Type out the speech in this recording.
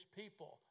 people